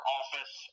office